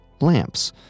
lamps